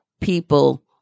people